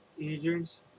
agents